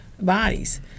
bodies